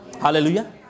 Hallelujah